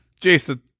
Jason